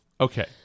Okay